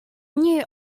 venue